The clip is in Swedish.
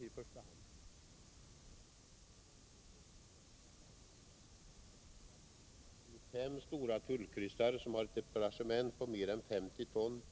Om man ser på tillgängliga fartyg, kan man konstatera att det finns fem stora tullkryssare som har ett deplacement på mer än 50 ton,